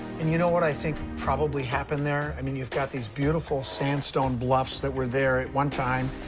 and you know what i think probably happened there? i mean, you've got these beautiful sandstone bluffs that were there at one time.